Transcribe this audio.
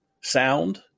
sound